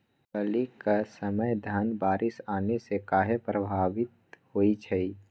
बली क समय धन बारिस आने से कहे पभवित होई छई?